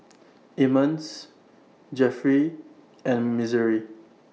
Emmons Geoffrey and Missouri